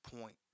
point